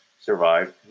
survived